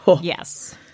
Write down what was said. Yes